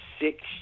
six